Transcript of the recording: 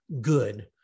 good